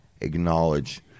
acknowledge